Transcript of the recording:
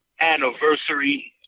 anniversary